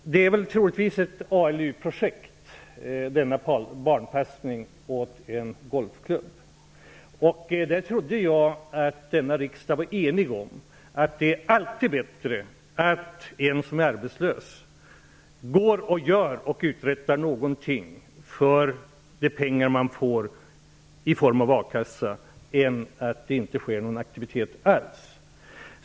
Denna barnpassning åt en golfklubb är troligtvis ett ALU-projekt. Jag trodde att denna riksdag var enig om att det alltid är bättre att den som är arbetslös uträttar något för de pengar som betalas ut i form av a-kassa än att det inte sker någon aktivitet alls.